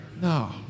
No